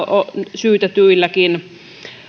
syytetyilläkin